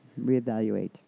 reevaluate